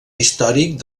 històric